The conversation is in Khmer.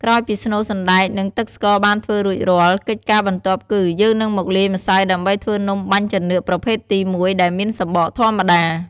ក្រោយពីស្នូលសណ្ដែក និងទឹកស្ករបានធ្វើរួចរាល់ កិច្ចការបន្ទាប់គឺ យើងនឹងមកលាយម្សៅដើម្បីធ្វើនំបាញ់ចានឿកប្រភេទទីមួយ ដែលមានសំបកធម្មតា។